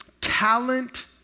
talent